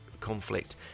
conflict